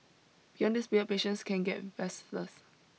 beyond this period patients can get restless